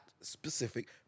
specific